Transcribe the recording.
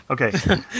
Okay